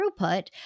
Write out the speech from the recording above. throughput